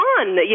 on